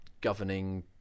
governing